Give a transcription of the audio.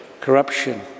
corruption